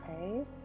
Okay